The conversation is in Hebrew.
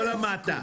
לא למדת.